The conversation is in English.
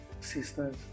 sisters